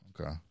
okay